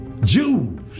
Jews